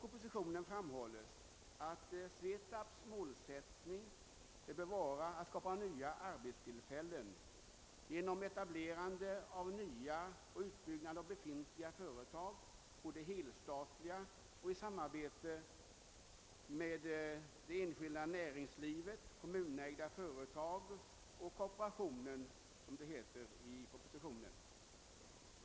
målsättning skall vara att skapa nya arbetstillfällen genom etablerande av nya och utbyggnad av befintliga företag, både helstatliga och i samarbete med det enskilda näringslivet, kommunägda företag och kooperationen, som det heter i propositionen.